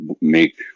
make